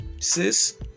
sis